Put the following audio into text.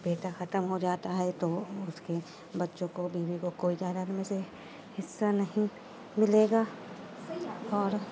بیٹا ختم ہو جاتا ہے تو اس کے بچوں کو بیوی کو کوئی جائداد میں سے حصہ نہیں ملے گا اور